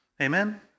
Amen